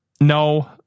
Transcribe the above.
no